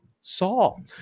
Saul